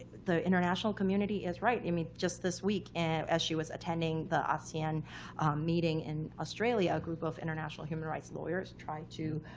the international community is right. i mean, just this week, and as she was attending the asean meeting in australia, a group of international human rights lawyers tried to